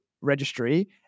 registry